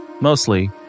Mostly